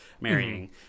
marrying